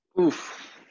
Oof